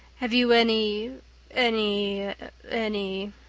have you any any any